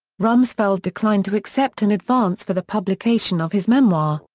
rumsfeld declined to accept an advance for the publication of his memoir,